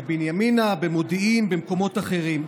בבנימינה, במודיעין, במקומות אחרים.